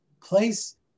place